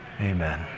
Amen